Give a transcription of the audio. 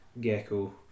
Gecko